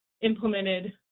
implemented